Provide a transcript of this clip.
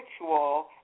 ritual